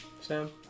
Sam